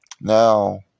now